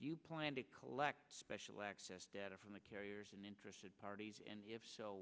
do you plan to collect special access data from the carriers and interested parties and if so